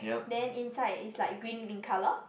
then inside is like green in colour